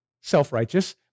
self-righteous